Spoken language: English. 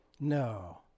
No